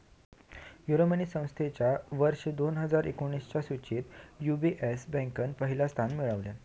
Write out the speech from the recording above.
Euromoney संस्थेच्या वर्ष दोन हजार एकोणीसच्या सुचीत यू.बी.एस बँकेन पहिला स्थान मिळवल्यान